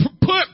put